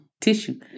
Tissue